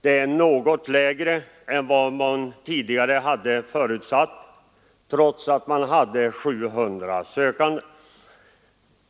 Det är ett något lägre antal än vad man tidigare förutsatt trots att man hade 700 sökande.